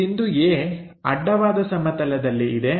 ಈ ಬಿಂದು A ಅಡ್ಡವಾದ ಸಮತಲದಲ್ಲಿ ಇದೆ